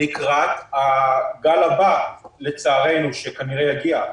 לקראת הגל הבא, לצערנו, שכנראה יגיע?